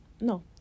no